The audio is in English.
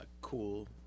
cool